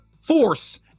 force